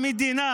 המדינה